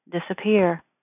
Disappear